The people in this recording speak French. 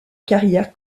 carrière